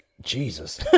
jesus